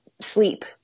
sleep